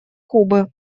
кубы